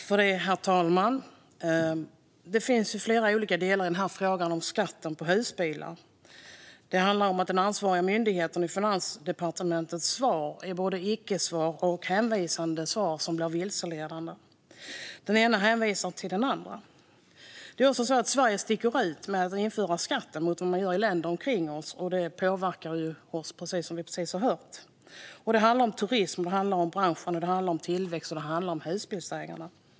Herr talman! Det finns flera olika delar i frågan om skatten på husbilar. Det handlar om att den ansvariga myndighetens svar och Finansdepartementets svar både är icke-svar och hänvisande svar som blir vilseledande. Den ena hänvisar till den andra. Det är också så att Sverige sticker ut med att införa skatten jämfört med vad man gör i länder omkring oss. Detta påverkar oss, som vi precis har hört. Det handlar även om turism, om branschen, om tillväxt och om husbilsägarna.